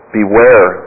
beware